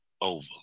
over